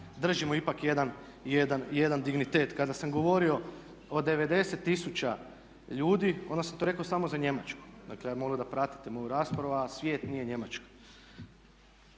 držimo ipak jedan dignitet. Kada sam govorio o 90 000 ljudi onda sam to rekao samo za Njemačku. Dakle, ja bih molio da pratite moju raspravu, a svijet nije Njemačka.